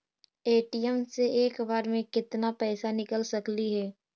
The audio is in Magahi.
ए.टी.एम से एक बार मे केत्ना पैसा निकल सकली हे?